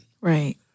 Right